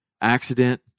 accident